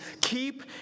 keep